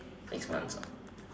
next month